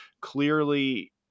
Clearly